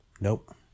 nope